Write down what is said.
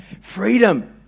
Freedom